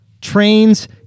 Trains